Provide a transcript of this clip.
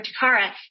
Takara